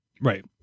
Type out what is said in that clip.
Right